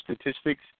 statistics